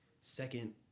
second